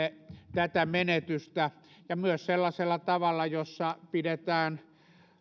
tätä menetystä ja myös sellaisella tavalla jossa pidetään